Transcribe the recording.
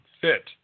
fit